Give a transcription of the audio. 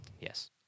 yes